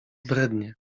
brednie